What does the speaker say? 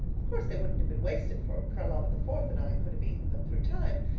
of course they wouldn't have been wasted, for charlotta the fourth and i could have eaten them through time.